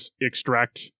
extract